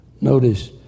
notice